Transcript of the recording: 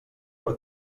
per